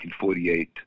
1948